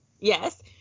Yes